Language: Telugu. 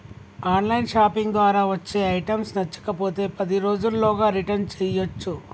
ఆన్ లైన్ షాపింగ్ ద్వారా వచ్చే ఐటమ్స్ నచ్చకపోతే పది రోజుల్లోగా రిటర్న్ చేయ్యచ్చు